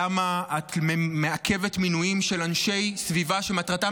למה את מעכבת מינויים של אנשי סביבה שמטרתם